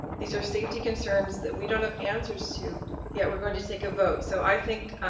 these are safety concerns that we don't have answers to yet we're going to take a vote. so i think